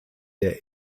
der